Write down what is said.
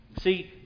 See